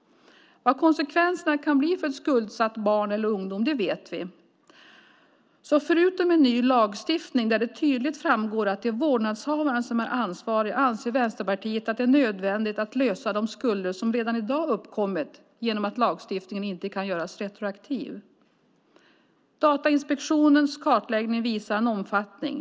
Vad konsekvenserna kan bli för ett skuldsatt barn eller en ungdom vet vi. Så förutom en ny lagstiftning där det tydligt framgår att det är vårdnadshavaren som är ansvarig anser Vänsterpartiet att det är nödvändigt att lösa de skulder som redan i dag uppkommit genom att lagstiftningen inte kan göras retroaktiv. Datainspektionens kartläggning visar på omfattningen.